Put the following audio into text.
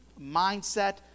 mindset